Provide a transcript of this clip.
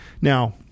Now